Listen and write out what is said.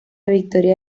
victoria